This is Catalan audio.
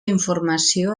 informació